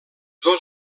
dos